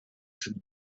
cette